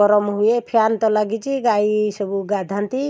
ଗରମ ହୁଏ ଫ୍ୟାନ୍ ତ ଲାଗିଛି ଗାଈ ସବୁ ଗାଧାନ୍ତି